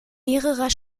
mehrerer